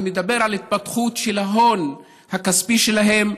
אני מדבר על התפתחות של ההון הכספי שלהם,